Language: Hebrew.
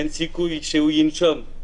אין סיכוי שהוא ינשום,